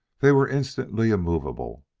they were instantly immovable.